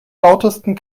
lautesten